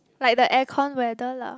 like the aircon weather lah